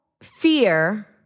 fear